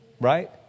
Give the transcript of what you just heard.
right